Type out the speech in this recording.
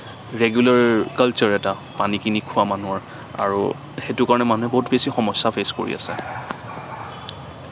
regular culture এটা পানী কিনি খোৱা মানুহৰ আৰু সেইটো কাৰণে মানুহে বহুত বেছি সমস্যা ফেচ কৰি আছে